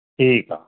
ਠੀਕ ਆ